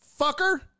fucker